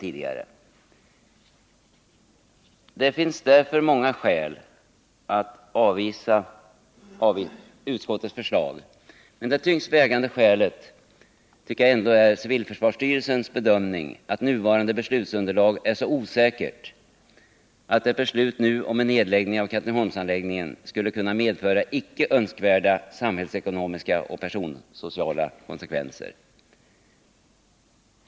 Det finns mot denna bakgrund många äl att avvisa utskottets förslag, men det tyngst vägande är ändå civilförsvarsstyrelsens bedömning att nuvarande beslutsunderlag är så osäkert att ett beslut nu om en nedläggning av Katrineholmsanläggningen skulle kunna medföra icke önskvärda samhällsekonomiska och personsociala konsekvenser.